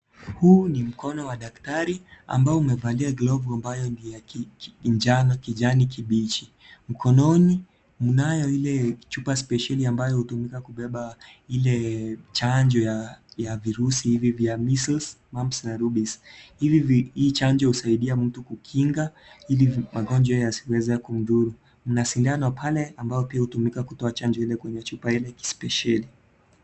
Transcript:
Huu ni mkono wa daktari, ambao umevalia glavu ambayo ni ya kijani kibichi. Mkononi mnayo ile chupa spesheli ambayo hutumika kubeba Ile chanjo ya virusi hivi vya measles mumps na rubis hii chanjo husaidia mtu kukinga ili magonjwa yasiweze kumdhuru. Mna sindano pale ambayo pia hutumika kutoa chanjo ile kwenye chupa ile kispesheli.